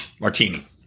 Martini